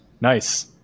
nice